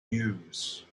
news